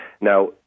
Now